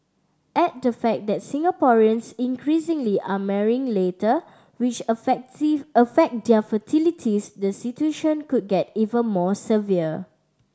add the fact that Singaporeans increasingly are marrying later which affect their fertilities the situation could get even more severe